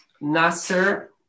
Nasser